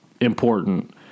important